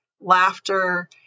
laughter